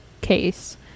case